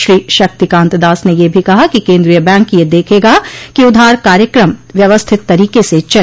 श्री शक्तिकांत दास ने यह भी कहा कि केन्द्रीय बैंक यह देखेगा कि उधार कायक्रम व्यवस्थित तरीके से चले